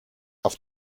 auf